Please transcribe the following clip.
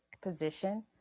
position